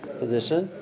position